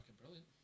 brilliant